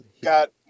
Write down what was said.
got